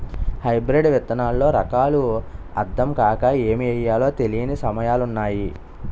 hybrid విత్తనాల్లో రకాలు అద్దం కాక ఏమి ఎయ్యాలో తెలీని సమయాలున్నాయి